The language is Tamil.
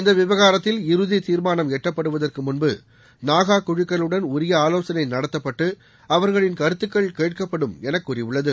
இந்த விவகாரத்தில் இறுதி தீர்மானம் எட்டப்படுவதற்கு முன்பு நாகா குழுக்களுடன் உரிய ஆலோசனை நடத்தப்பட்டு அவர்களின் கருத்துக்கள் கேட்கப்படும் என கூறியுள்ளது